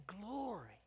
glory